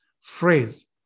phrase